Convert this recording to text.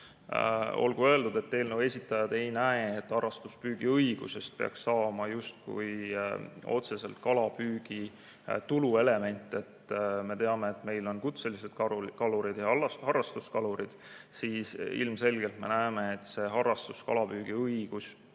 Olgu öeldud, et eelnõu esitajad ei näe, et harrastuspüügiõigusest peaks saama justkui otseselt kalapüügi tuluelement. Me teame, et meil on kutselised kalurid ja harrastuskalurid. Ilmselgelt me näeme, et harrastuskalapüügiõigus